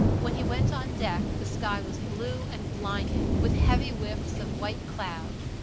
when he went on deck the sky was blue and blinding, with heavy whiffs of white cloud,